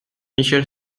michel